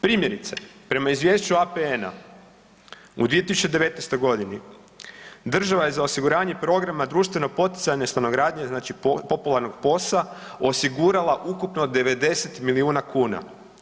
Primjerice, prema izvješću APN-a u 2019.g. država je za osiguranje programa društveno poticajne stanogradnje, znači popularnog POS-a osigurala ukupno 90 milijuna kuna.